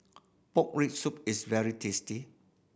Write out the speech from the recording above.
pork rib soup is very tasty